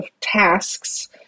tasks